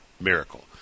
Miracle